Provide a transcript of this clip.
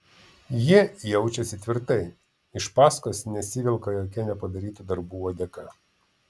ji jaučiasi tvirtai iš paskos nesivelka jokia nepadarytų darbų uodega